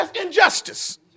Injustice